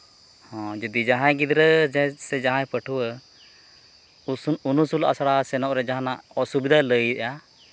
ᱦᱮᱸ ᱡᱩᱫᱤ ᱡᱟᱦᱟᱸᱭ ᱜᱤᱫᱽᱨᱟᱹ ᱥᱮ ᱡᱟᱦᱟᱸᱭ ᱯᱟᱹᱴᱷᱩᱣᱟᱹ ᱩᱱᱩᱥᱩᱞ ᱟᱥᱲᱟ ᱥᱮᱱᱚᱜ ᱨᱮ ᱡᱟᱦᱟᱱᱟᱜ ᱚᱥᱩᱵᱤᱫᱷᱟᱭ ᱞᱟᱹᱭᱮᱫᱼᱟ